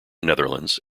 netherlands